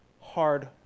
hard